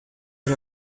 der